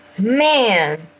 Man